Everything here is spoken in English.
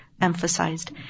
emphasized